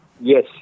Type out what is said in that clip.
yes